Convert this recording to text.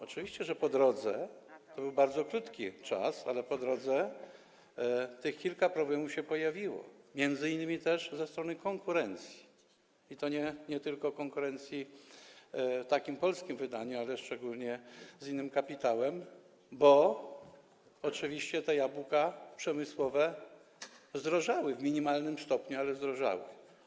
Oczywiście, że po drodze - to był bardzo krótki czas - tych kilka problemów się pojawiło, m.in. też ze strony konkurencji, i to nie tylko konkurencji w takim polskim wydaniu, ale szczególnie z innym kapitałem, bo oczywiście te jabłka przemysłowe zdrożały, w minimalnym stopniu, ale zdrożały.